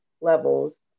levels